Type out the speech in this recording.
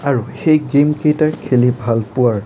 আৰু সেই গেমকেইটা খেলি ভাল পোৱাৰ